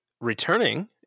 returning